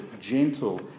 gentle